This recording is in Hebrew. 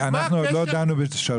אבי, אנחנו עוד לא דנו בשרשבסקי.